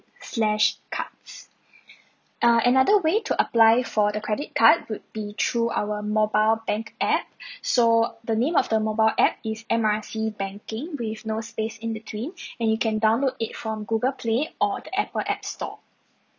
slash cards uh another way to apply for the credit card would be through our mobile bank app so the name of the mobile app is M R C banking with no space in between and you can download it from google play or the apple app store